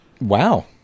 Wow